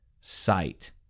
sight